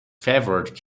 favoured